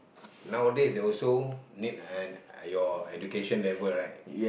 nowadays they also need an your education level right